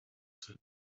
exit